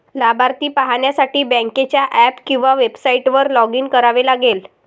लाभार्थी पाहण्यासाठी बँकेच्या ऍप किंवा वेबसाइटवर लॉग इन करावे लागेल